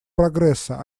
прогресса